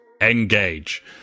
Engage